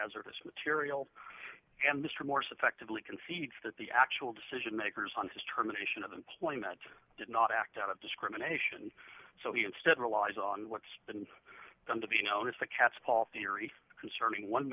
hazardous material and mr morse effectively concedes that the actual decision makers on his term a nation of employment did not act out of discrimination so he instead relies on what's been done to be known as the cat's paw theory concerning one